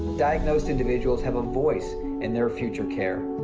diagnose individuals have a voice in their future care.